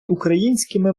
українськими